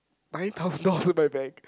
nine thousand dollars in my bank